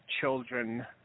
children